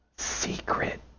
Secret